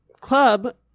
club